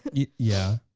yeah yeah.